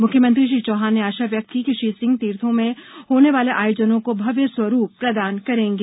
मुख्यमंत्री श्री चौहान ने आशा व्यक्त की कि श्री सिंह तीर्थो में होने वाले आयोजनों को भव्य स्वरूप प्रदान देंगे